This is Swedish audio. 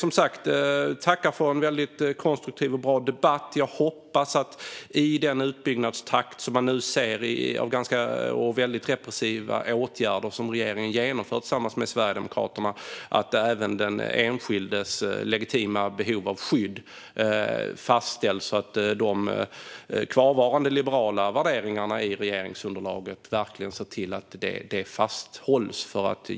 Jag tackar för en väldigt konstruktiv och bra debatt. Trots den nuvarande utbyggnadstakten när det gäller de väldigt repressiva åtgärder som regeringen vidtar tillsammans med Sverigedemokraterna hoppas jag att den enskildes legitima behov av skydd fastställs och att de kvarvarande liberala värderingarna i regeringsunderlaget ser till att man håller fast vid detta.